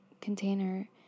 container